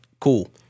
cool